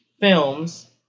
films